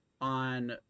on